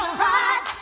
pride